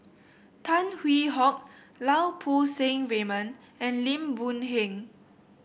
Tan Hwee Hock Lau Poo Seng Raymond and Lim Boon Heng